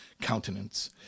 countenance